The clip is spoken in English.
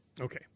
okay